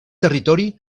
territori